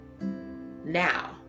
Now